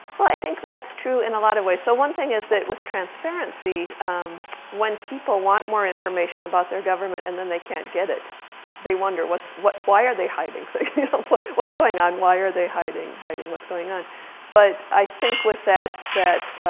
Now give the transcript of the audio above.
well i think that's true in a lot of ways so one thing is that with transparency when people want more information about their government and then they can't get it they wonder what's what why are they hiding things you know what's going on why are they hiding hiding what's going on but i think with that that